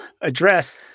address